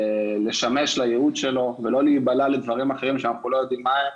לשמש לייעוד שלו ולא להיבלע לדברים אחרים שאנחנו לא יודעים מהם.